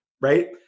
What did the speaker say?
Right